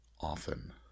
often